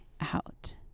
out